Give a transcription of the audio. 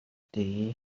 дээ